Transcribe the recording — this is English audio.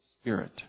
Spirit